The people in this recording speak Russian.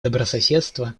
добрососедства